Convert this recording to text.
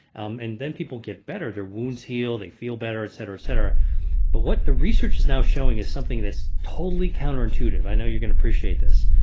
um and then people get better. their wounds heal. they feel better. et cetera, et cetera but what the research is now showing is something that's totally counterintuitive. i know you're going to appreciate this.